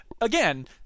again